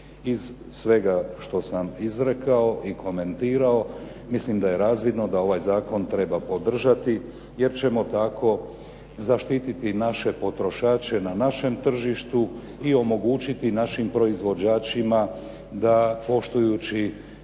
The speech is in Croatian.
Iz svega što sa izrekao i komentirao mislim da je razvidno da ovaj zakon treba podržati, jer ćemo tako zaštiti naše potrošače na našem tržištu i omogućiti našim proizvođačima da poštujući